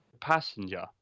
passenger